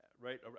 right